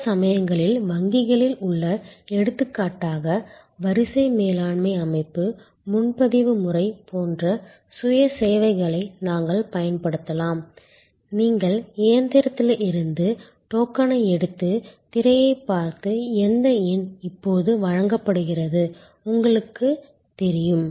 சில சமயங்களில் வங்கிகளில் உள்ள எடுத்துக்காட்டாக வரிசை மேலாண்மை அமைப்பு முன்பதிவு முறை போன்ற சுய சேவைகளை நாங்கள் பயன்படுத்தலாம் நீங்கள் இயந்திரத்திலிருந்து டோக்கனை எடுத்து திரையைப் பார்த்து எந்த எண் இப்போது வழங்கப்படுகிறது உங்களுக்குத் தெரியும்